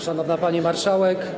Szanowna Pani Marszałek!